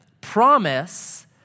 promise